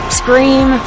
scream